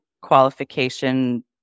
qualification